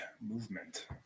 movement